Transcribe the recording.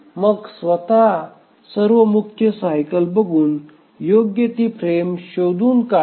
मग स्वतः सर्व मुख्य सायकल बघून योग्य ती फ्रेम शोधून काढा